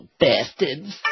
bastards